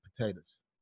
potatoes